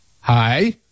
Hi